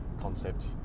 concept